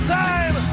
time